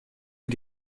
wir